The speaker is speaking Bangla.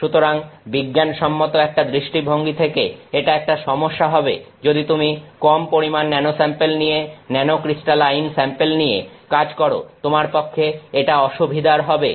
সুতরাং বিজ্ঞানসম্মত একটা দৃষ্টিভঙ্গি থেকে এটা একটা সমস্যা হবে যদি তুমি কম পরিমাণ ন্যানোস্যাম্পেল নিয়ে ন্যানোক্রিস্টালাইন স্যাম্পেল নিয়ে কাজ করো তোমার পক্ষে এটা অসুবিধার হবে